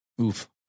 Oof